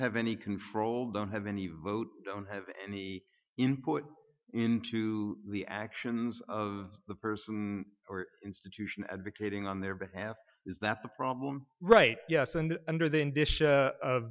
have any control don't have any vote don't have any input into the actions of the person or institution advocating on their behalf is that the problem right yes and under then dish